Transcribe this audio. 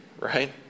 right